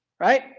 Right